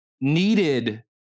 needed